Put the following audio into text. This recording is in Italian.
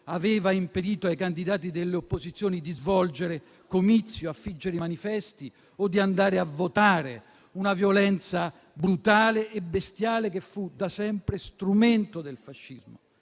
aveva impedito ai candidati delle opposizioni di svolgere comizi, affiggere manifesti o andare a votare: una violenza brutale e bestiale che fu da sempre strumento del fascismo,